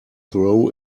throw